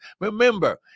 Remember